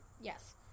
Yes